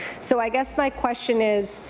so i guess my question is,